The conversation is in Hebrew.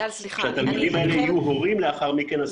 וכשהתלמידים האלה יהיו הורים לאחר מכן,